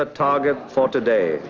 the target for today